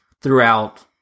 throughout